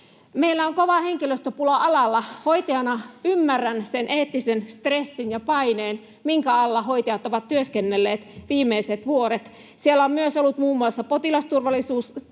Meillä on kova henkilöstöpula alalla. Hoitajana ymmärrän sen eettisen stressin ja paineen, minkä alla hoitajat ovat työskennelleet viimeiset vuodet. Siellä on myös ollut muun muassa potilasturvallisuuslaki